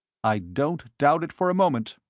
i don't doubt it for a moment.